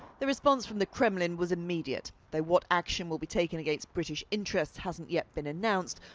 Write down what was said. the response from the kremlin was immediate. though what action will be taken against british interests hasn't yet been announced,